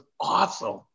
awesome